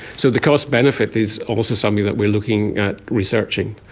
so the cost benefit is obviously something that we are looking at researching.